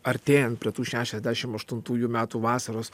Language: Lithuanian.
artėjant prie tų šešiasdešim aštuntųjų metų vasaros